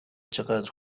چقدر